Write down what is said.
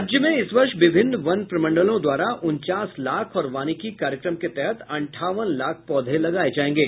राज्य में इस वर्ष विभिन्न वन प्रमंडलों द्वारा उनचास लाख और वानिकी कार्यक्रम के तहत अंठावन लाख पौधे लगाये जायेंगे